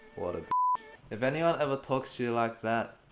ah if anyone ever talks to you like that,